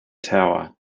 tower